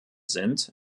sind